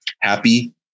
happy